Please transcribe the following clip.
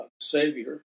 Savior